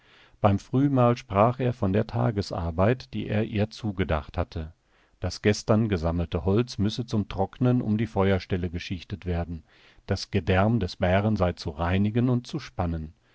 beim frühmahl sprach er von der tagesarbeit die er ihr zugedacht hatte das gestern gesammelte holz müsse zum trocknen um die feuerstelle geschichtet werden das gedärm des bären sei zu reinigen und zu spannen